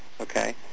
okay